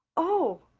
oh!